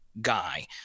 guy